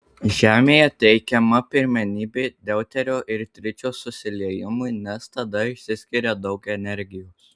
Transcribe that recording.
žemėje teikiama pirmenybė deuterio ir tričio susiliejimui nes tada išsiskiria daug energijos